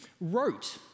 wrote